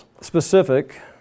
specific